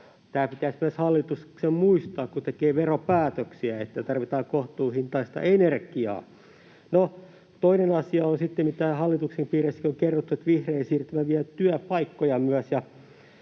Tämä pitäisi myös hallituksen muistaa, kun tekee veropäätöksiä, että tarvitaan kohtuuhintaista energiaa. No, toinen asia on sitten, mitä hallituksen piireissäkin on kerrottu, että vihreä siirtymä vie työpaikkoja myös,